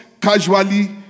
casually